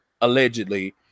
allegedly